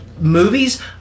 movies